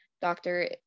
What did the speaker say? Doctor